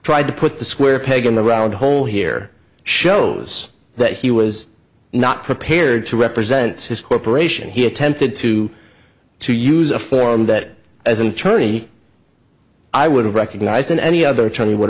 tried to put the square peg in the round hole here shows that he was not prepared to represents his corporation he attempted to to use a form that as an attorney i would have recognized in any other turn he would